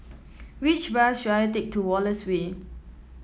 which bus should I take to Wallace Way